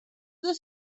dos